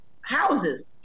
houses